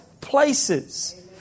places